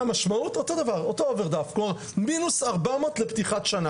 כולם שוטפים את הגן אפילו בלי בדק בלי כלום רק בשביל לפתוח,